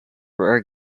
were